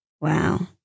Wow